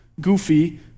goofy